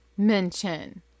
mention